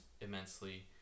immensely